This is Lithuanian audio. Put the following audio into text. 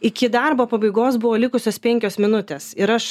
iki darbo pabaigos buvo likusios penkios minutės ir aš